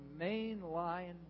mainline